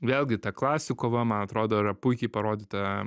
vėlgi ta klasių kova man atrodo yra puikiai parodyta